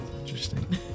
Interesting